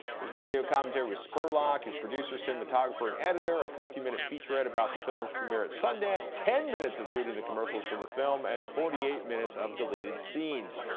there's an audio commentary with spurlock, his producer, cinematographer and editor. a fourteen minute featurette about the film's premiere at sundance. ten minutes of shooting the commercials for the film and forty eight minutes of deleted scenes.